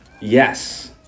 yes